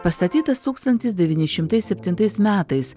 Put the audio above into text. pastatytas tūkstantis devyni šimtai septintais metais